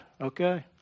Okay